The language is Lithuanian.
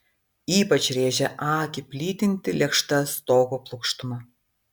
ypač rėžė akį plytinti lėkšta stogo plokštuma